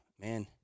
man